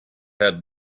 had